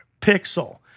pixel